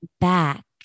back